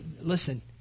listen